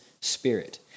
spirit